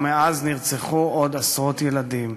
ומאז נרצחו עוד עשרות ילדים,